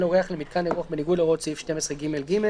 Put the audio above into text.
אורח למיתקן אירוח בניגוד להוראות סעיף 12ג(ג)."